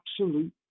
absolute